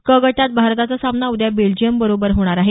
क गटात भारताचा सामना उद्या बेल्जियम बरोबर होईल